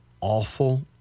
awful